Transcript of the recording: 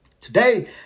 Today